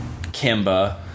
Kimba